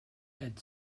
had